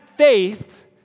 Faith